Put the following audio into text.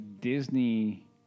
Disney